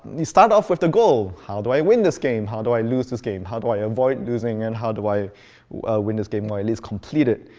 you start off with the goal. how do i win this game? how do i lose this game? how do i avoid losing, and how do i win this game, or at least complete it?